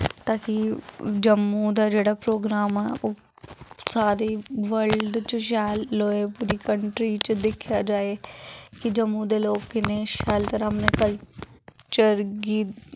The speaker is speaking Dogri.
कि जम्मू दा जेह्ड़ा प्रोग्राम ऐ ओह् सारे वल्ड च शैल होए सारी कन्ट्री च दिक्खेआ जाए कि जम्मू दे लोग किन्नी शैल तरह कन्नै अपने कल्चर गी